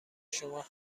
شما